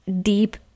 deep